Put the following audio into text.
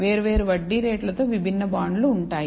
వేర్వేరు వడ్డీ రేట్లతో విభిన్న బాండ్లు ఉంటాయి